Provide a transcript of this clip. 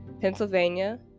Pennsylvania